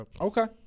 Okay